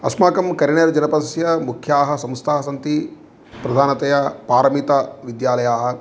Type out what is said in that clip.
अस्माकं करिणगरजनपदस्य मुख्याः संस्थाः सन्ति प्रधानतया पारमिताः विद्यालयाः